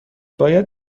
باید